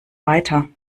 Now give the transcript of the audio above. weiter